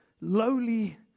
lowly